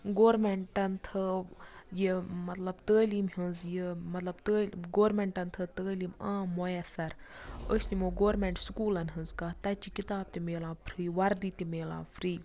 گورمیٚنٹَن تھٲو یہِ مَطلَب تعلیٖم ہٕنٛز یہِ مَطلَب تٲ گورمیٚنٹَن تھٲو تعلیٖم عام مۄیَثَر أسۍ نِمو گورمیٚنٹ سکوٗلَن ہٕنٛز کَتھ تَتہِ چھِ کِتاب تہِ مِلان پھری وَردی تہِ مِلان فری